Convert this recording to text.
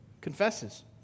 confesses